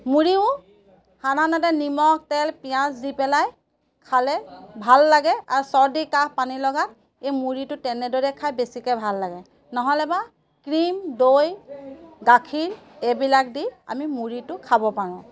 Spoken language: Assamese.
মুড়িও সাধাৰণতে নিমখ তেল পিঁয়াজ দি পেলাই খালে ভাল লাগে আৰু চৰ্দি কাঁহ পানী লগাত এই মুড়িটো তেনেদৰে খাই বেছিকে ভাল লাগে নহ'লে বা ক্ৰীম দৈ গাখীৰ এইবিলাক দি আমি মুড়িটো খাব পাৰোঁ